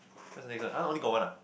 what's the next one !huh! only got one ah